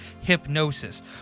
hypnosis